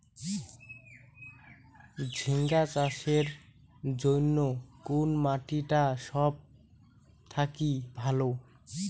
ঝিঙ্গা চাষের জইন্যে কুন মাটি টা সব থাকি ভালো?